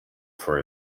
for